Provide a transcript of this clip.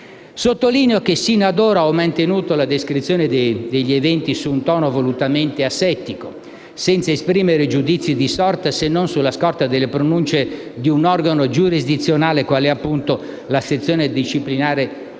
Sottolineo che sino ad ora ho mantenuto la descrizione degli eventi su un tono volutamente asettico, senza esprimere giudizi di sorta se non sulla scorta delle pronunce di un organo giurisdizionale qual è la sezione disciplinare del